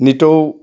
নিতৌ